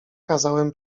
kazałem